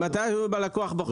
ממתי לקוח בוחר שמאי?